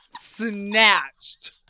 snatched